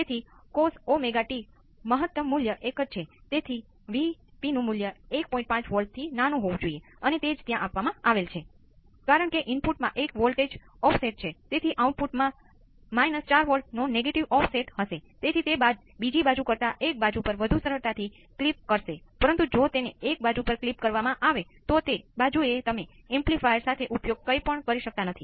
તેથી આપણી પાસે આના જેવા કિસ્સામાં અનંત વિદ્યુત પ્રવાહો હોઈ શકતા નથી